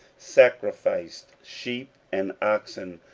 sacrificed sheep and oxen,